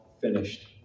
finished